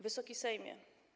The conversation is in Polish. Wysoki Sejmie!